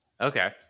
Okay